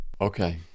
Okay